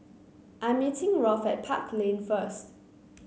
I'm meeting Rolf at Park Lane first